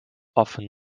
often